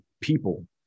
people